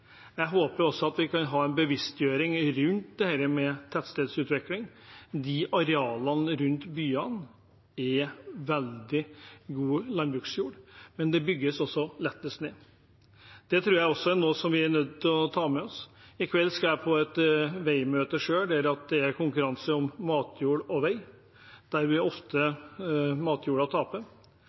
Jeg håper vi også kan ha en bevisstgjøring rundt dette med tettstedsutvikling. Arealene rundt byene er veldig god landbruksjord, men de bygges også lettest ned. Det tror jeg også er noe vi er nødt til å ta med oss. I kveld skal jeg på et veimøte selv, der det er konkurranse mellom matjord og vei, og der matjorda ofte